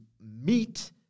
meet